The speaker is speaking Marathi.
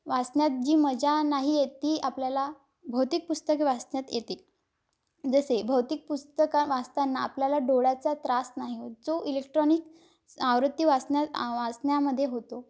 वाचण्यात जी मजा नाही येत ती आपल्याला भौतिक पुस्तके वाचण्यात येतील जसे भौतिक पुस्तक वाचताना आपल्याला डोळ्याचा त्रास नाही होत जो इलेक्ट्रॉनिक आवृत्ती वाचण्या वाचण्यामध्ये होतो